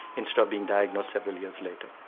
instead of being diagnosed several years later.